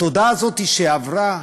התודעה הזאת שעברה